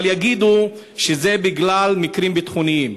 אבל יגידו שזה בגלל מקרים ביטחוניים.